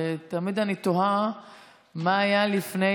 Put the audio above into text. ותמיד אני תוהה מה היה לפני,